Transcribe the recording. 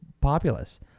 populace